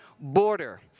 border